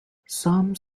some